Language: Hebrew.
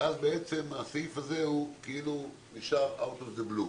אז בעצם הסעיף הזה כאילו נשאר אאוט אוף דה בלו.